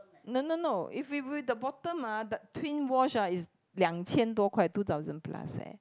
no no no if with with the bottom ah the twin wash ah is 两千多块 two thousand plus leh